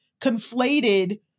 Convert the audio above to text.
conflated